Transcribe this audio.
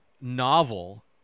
Novel